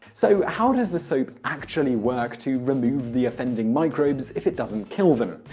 so how does the soap actually work to remove the offending microbes if it doesn't kill them?